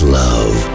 love